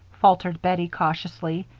faltered bettie, cautiously.